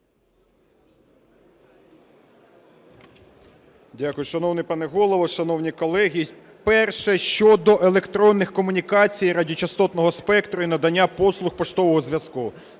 Дякую. Шановний пане Голово, шановні колеги, перше, щодо електронних комунікацій радіочастотного спектра і надання послуг поштового зв'язку.